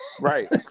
Right